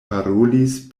parolis